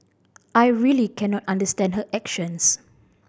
I really cannot understand her actions